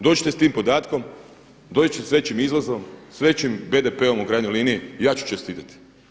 Dođite s tim podatkom, dođite s većim izvozom, s većim BDP-om u krajnjoj liniji, ja ću čestitati.